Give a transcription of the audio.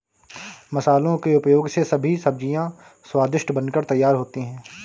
मसालों के उपयोग से सभी सब्जियां स्वादिष्ट बनकर तैयार होती हैं